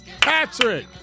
Patrick